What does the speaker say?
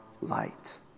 light